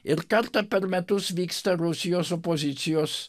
ir kartą per metus vyksta rusijos opozicijos